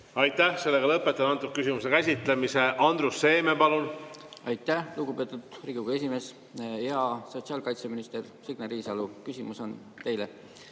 Aitäh! Lõpetan selle küsimuse käsitlemise. Andrus Seeme, palun! Aitäh, lugupeetud Riigikogu esimees! Hea sotsiaalkaitseminister Signe Riisalo! Küsimus on teile.